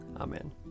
Amen